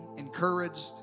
encouraged